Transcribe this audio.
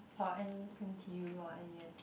or n_t_u or n_u_s